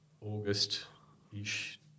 August-ish